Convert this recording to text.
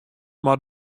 moat